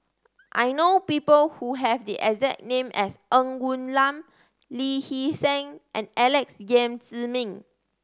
I know people who have the exact name as Ng Woon Lam Lee Hee Seng and Alex Yam Ziming